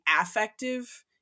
affective